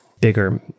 bigger